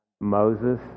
Moses